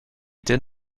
did